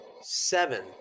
seven